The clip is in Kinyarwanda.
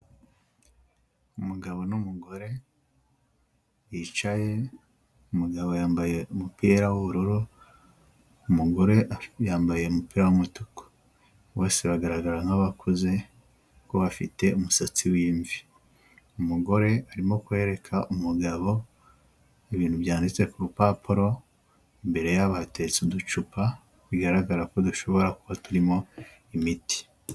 Umugabo n'umugore bicaye umugabo yambaye umupira w'ubururu, umugore yambaye umupira w'umutuku. Bose bagaragara nk'abakuze kuko bafite umusatsi w'imvi, umugore arimo kwereka umugabo ibintu byanditse ku rupapuro, imbere yabo hateretse uducupa bigaragara ko dushobora kuba turimo imiti.